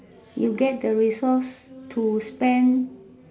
you get the resource to spend